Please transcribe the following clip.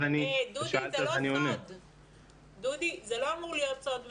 דודי, זה לא אמור להיות סוד מדינה.